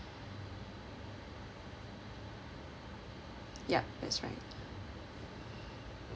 yup that's right